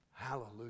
Hallelujah